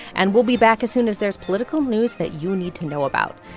and we'll be back as soon as there's political news that you need to know about.